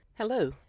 Hello